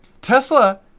Tesla